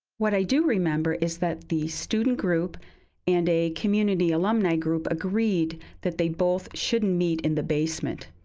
what i do remember is that the student group and a community alumni group agreed that they both shouldn't meet in the basement.